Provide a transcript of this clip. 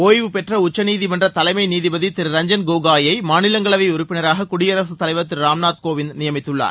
ஒய்வு பெற்ற உச்சநீதிமன்ற தலைமை நீதிபதி திரு ரஞ்சன் கோகோயை மாநிலங்களவை உறுப்பினராக குடிரசுத் தலைவர் திரு ராம்நாத் கோவிந்த் நியமித்துள்ளார்